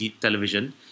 television